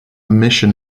mission